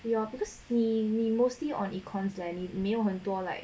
your because 你你 mostly on it constantly 没有很多 like